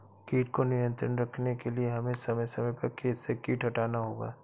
कीट को नियंत्रण रखने के लिए हमें समय समय पर खेत से कीट हटाना होगा